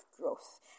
growth